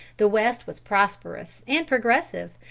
the west was prosperous and progressive,